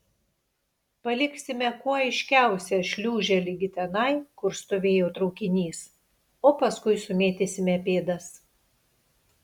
paliksime kuo aiškiausią šliūžę ligi tenai kur stovėjo traukinys o paskui sumėtysime pėdas